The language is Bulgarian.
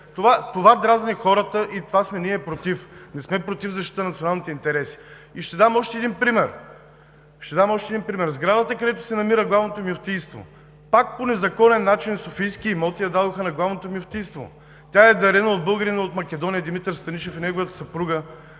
Това дразни хората и ние сме против това, не сме против защитата на националните интереси. И ще дам още един пример. Сградата, където се намира Главното мюфтийство, пак по незаконен начин „Софийски имоти“ я дадоха на Главното мюфтийство. Тя е дарена от българина от Македония Димитър Станишев и неговата съпруга